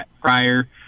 prior